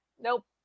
Nope